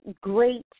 great